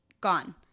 gone